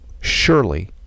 Surely